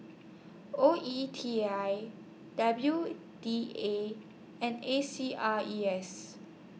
O E T I W D A and A C R E S